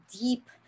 deep